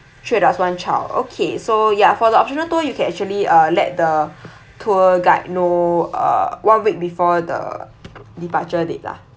three adults one child okay so ya for the optional tour you can actually uh let the tour guide know uh one week before the departure date lah